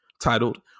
titled